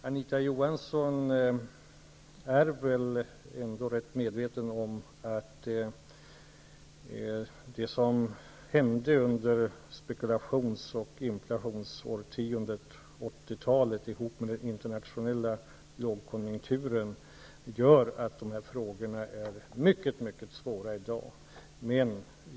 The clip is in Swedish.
Anita Johansson är nog medveten om att det som har hänt under spekulations och inflationsårtiondet 80-talet tillsammans med den internationella lågkonjunkturen gör att dessa frågor i dag är mycket svåra.